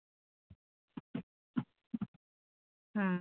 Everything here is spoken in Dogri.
अं